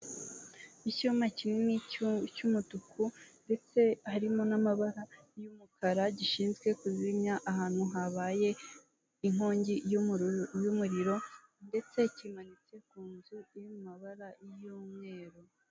Icyuma kinini cy'umutuku, ariko harimo n'amabara y'umukara gishinzwe kuzimya ahantu habaye inkongi y'umuriro ndetse kimanitse kunzu iri mumabara y'umweru.